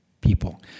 people